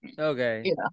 Okay